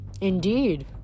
Indeed